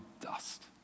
dust